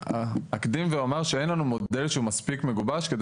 אקדים ואומר שאין לנו מודל שהוא מספיק מגובש כדי